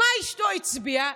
מה אשתו הצביעה?